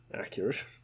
accurate